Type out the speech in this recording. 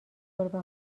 گربه